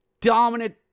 Dominant